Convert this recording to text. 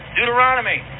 Deuteronomy